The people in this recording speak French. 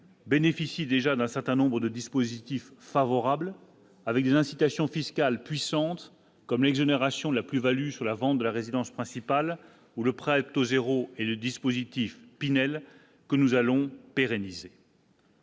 bénéficie déjà d'un certain nombre de dispositifs favorables avec des incitations fiscales puissantes comme l'exonération de la plus-Value sur la vente de la résidence principale ou le prête au 0 et le dispositif Pinel, que nous allons pérenniser.